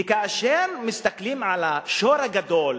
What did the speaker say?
וכאשר מסתכלים על השור הגדול,